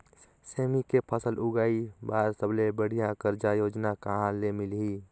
सेमी के फसल उगाई बार सबले बढ़िया कर्जा योजना कहा ले मिलही?